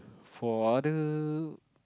for other